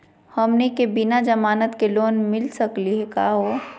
हमनी के बिना जमानत के लोन मिली सकली क हो?